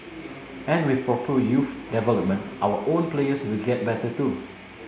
and with proper youth development our own players will get better too